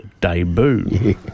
debut